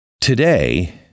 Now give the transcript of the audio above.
Today